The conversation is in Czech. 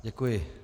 Děkuji.